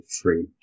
free